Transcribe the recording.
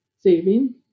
saving